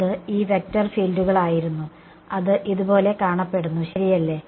അത് ഈ വെക്റ്റർ ഫീൽഡുകളായിരുന്നു അത് ഇതുപോലെ കാണപ്പെടുന്നു ശരിയല്ലേ